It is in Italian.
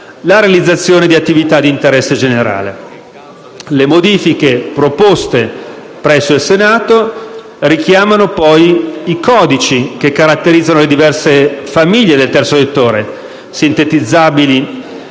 la realizzazione di attività di interesse generale.